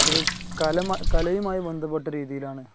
ഒരു കലം കലയുമായി ബന്ധപ്പെട്ട രീതിയിലാണ്